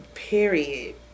Period